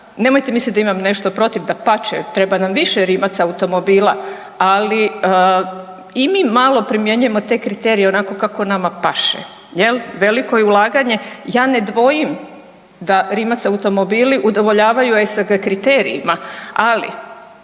Nemojte misliti da imam nešto protiv, dapače, treba nam više Rimac automobila, ali i mi malo primjenjujemo te kriterije onako kako nama paše jel. Veliko je ulaganje, ja ne dvojim da Rimac automobili udovoljavaju ESSG kriterijima, ali